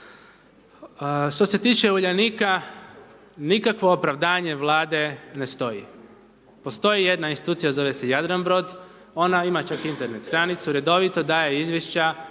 Što se tiče Uljanika, nikakvo opravdanje Vlade ne stoji. Postoji jedna institucija, zove se Jadranbrod, ona ima čak Internet stranicu, redovito daje izvješća